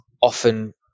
often